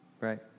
right